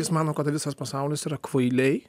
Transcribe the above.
jis mano kad visas pasaulis yra kvailiai